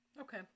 Okay